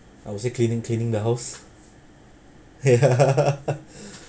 I would say cleaning cleaning the house